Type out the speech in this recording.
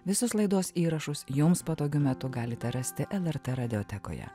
visus laidos įrašus jums patogiu metu galite rasti lrt radijo teko ją